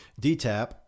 DTaP